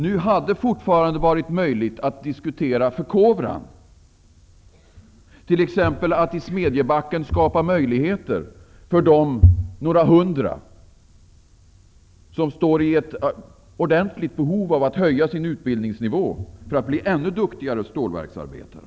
Det hade fortfarande varit möjligt att diskutera förkovran, att i t.ex. Smedjebacken skapa möjligheter för dem -- det rör sig om några hundra -- som har ett ordentligt behov av att höja sin utbildningsnivå för att bli ännu duktigare stålverksarbetare.